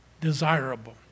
desirable